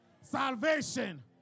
Salvation